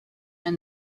and